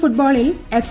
L ഫുട്ബോളിൽ F